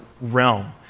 realm